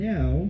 Now